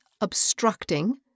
obstructing